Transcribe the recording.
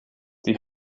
die